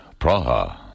Praha